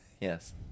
yes